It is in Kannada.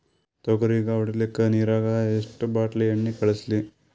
ತೊಗರಿಗ ಹೊಡಿಲಿಕ್ಕಿ ನಿರಾಗ ಎಷ್ಟ ಬಾಟಲಿ ಎಣ್ಣಿ ಕಳಸಲಿ?